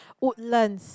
Woodlands